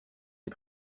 des